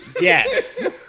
Yes